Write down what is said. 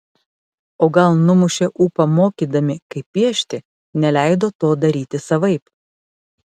o gal numušė ūpą mokydami kaip piešti neleido to daryti savaip